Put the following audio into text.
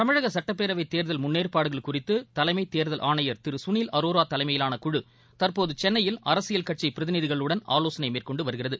தமிழக சட்டப்பேரவைத் தேர்தல் முன்னேற்பாடுகள் குறித்து தலைமைத் தேர்தல் ஆணையர் திரு களில் அரோரோ தலைமயிலான குழு தற்போது சென்னையில் அரசியல் கட்சி பிரதிநிதிகளுடன் ஆலோசனை மேற்கொண்டு வருகிறது